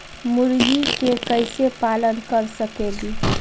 मुर्गि के कैसे पालन कर सकेली?